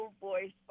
voice